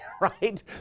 right